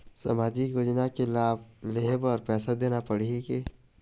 सामाजिक योजना के लाभ लेहे बर पैसा देना पड़ही की?